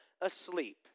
asleep